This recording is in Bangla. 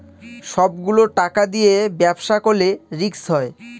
সব গুলো টাকা দিয়ে ব্যবসা করলে রিস্ক হয়